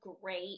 great